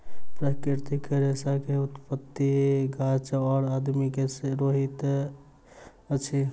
प्राकृतिक रेशा के उत्पत्ति गाछ और आदमी से होइत अछि